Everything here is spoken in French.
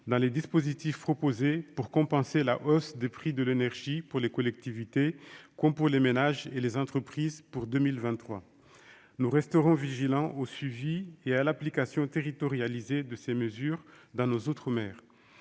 dans les dispositifs proposés pour compenser en 2023 la hausse des prix de l'énergie pour les collectivités, les ménages et les entreprises. Nous resterons vigilants quant au suivi et à l'application territorialisée de ces mesures dans nos outre-mer.